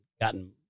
gotten